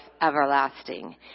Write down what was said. everlasting